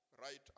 right